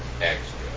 extra